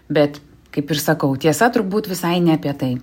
bet kaip ir sakau tiesa turbūt visai ne apie tai